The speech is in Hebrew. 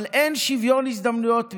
אבל אין שוויון הזדמנויות בישראל.